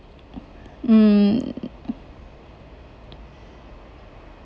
mm